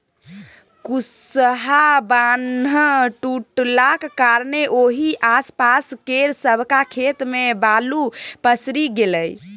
कुसहा बान्ह टुटलाक कारणेँ ओहि आसपास केर सबटा खेत मे बालु पसरि गेलै